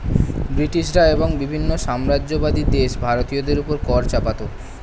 ব্রিটিশরা এবং বিভিন্ন সাম্রাজ্যবাদী দেশ ভারতীয়দের উপর কর চাপাতো